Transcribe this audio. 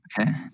Okay